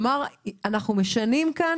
הוא אמר "אנחנו משנים כאן,